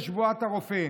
שבועת הרופא.